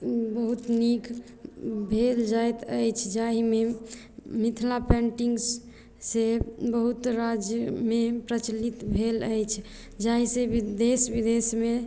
बहुत नीक भेल जाइत अछि जाहिमे मिथिला पेन्टिंग से बहुत राज्यमे प्रचलित भेल अछि जाहिसॅं देश विदेशमे